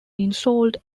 installed